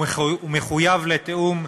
הוא מחויב לתיאום,